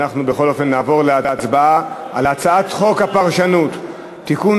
אנחנו בכל אופן נעבור להצבעה על הצעת חוק הפרשנות (תיקון,